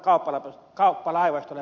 arvoisa puhemies